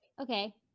Okay